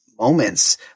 moments